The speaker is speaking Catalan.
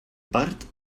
part